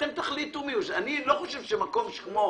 אני לא חושב שמקום כמו